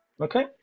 okay